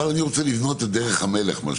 אני רוצה לבנות את דרך המלך.